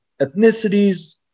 ethnicities